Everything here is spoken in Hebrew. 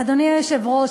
אדוני היושב-ראש,